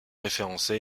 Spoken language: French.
référencés